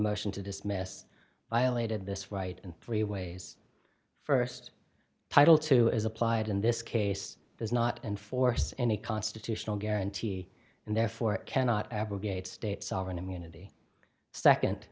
motion to dismiss violated this right and three ways st title to is applied in this case does not enforce any constitutional guarantee and therefore it cannot abrogate state sovereign immunity